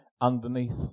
underneath